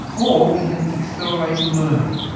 or it can accelerate learning.